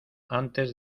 antes